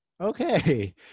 okay